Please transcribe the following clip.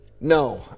No